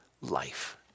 life